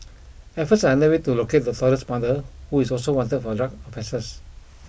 efforts under way to locate the toddler's mother who is also wanted for drug offences